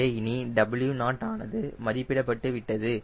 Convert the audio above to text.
எனவே இனி W0 ஆனது மதிப்பிடப்பட்டு விட்டது